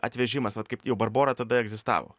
atvežimas vat kaip jau barbora tada egzistavo